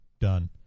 done